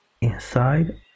inside